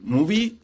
Movie